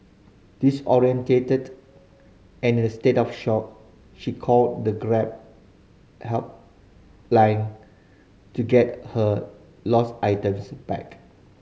disoriented and in a state of shock she called the Grab helpline to get her lost items back